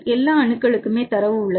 எல்லா அணுக்களுக்கும் தரவு உள்ளது